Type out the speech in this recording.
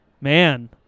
man